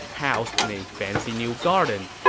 housed in a fancy new garden.